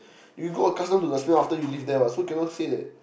you will grow accustom to the smell after you live there what so cannot say that